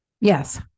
Yes